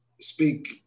speak